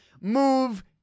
move